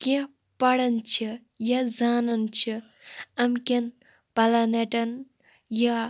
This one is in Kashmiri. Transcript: کیٚنہہ پران چھِ یا زانَن چھِ أمۍ کیٚن پَلانیٚٹَن یا